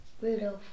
Rudolph